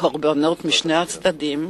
קורבנות משני הצדדים,